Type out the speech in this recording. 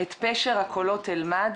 / את פשר הקולות אלמד,